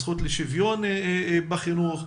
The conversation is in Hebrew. הזכות לשוויון בחינוך.